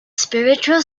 spiritual